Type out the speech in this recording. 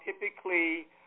typically